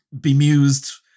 bemused